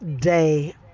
day